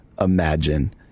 imagine